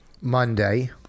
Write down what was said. Monday